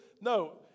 no